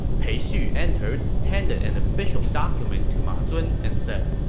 pei xu entered, handed an official document to ma zun, and said,